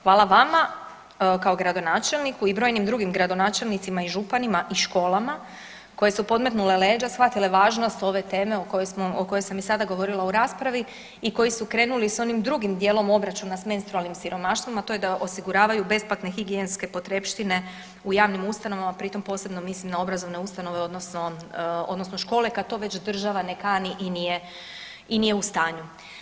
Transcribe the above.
Hvala vama kao gradonačelniku i brojnim drugim gradonačelnicima i županima i školama koje su podmetnule leđa, shvatile važnost ove teme o kojoj sam i sada govorila u raspravi i koji su krenuli s onim drugim dijelom obračuna s menstrualnim siromaštvom, a to je da osiguravaju besplatne higijenske potrepštine u javnim ustanovama, pri tom posebno mislim na obrazovne ustanove odnosno škole kad to već država ne kani i nije u stanju.